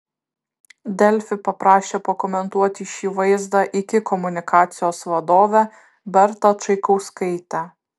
delfi paprašė pakomentuoti šį vaizdą iki komunikacijos vadovę bertą čaikauskaitę